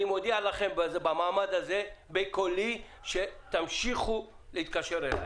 ואני מודיע לכם במעמד הזה בקולי שתמשיכו להתקשר אליי.